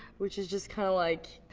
which is just kinda like,